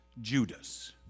Judas